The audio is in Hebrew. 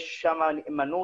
יש שם נאמנות,